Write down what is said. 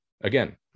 Again